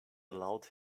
allowed